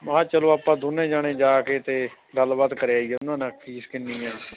ਮਹਾਂ ਚਲੋ ਆਪਾਂ ਦੋਨੇ ਜਾਣੇ ਜਾ ਕੇ ਤਾਂ ਗੱਲਬਾਤ ਕਰ ਆਈਏ ਉਹਨਾਂ ਨਾਲ ਫੀਸ ਕਿੰਨੀ ਆ